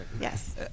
yes